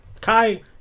Kai